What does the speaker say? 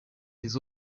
des